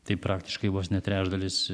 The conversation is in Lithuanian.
tai praktiškai vos ne trečdalis